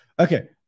Okay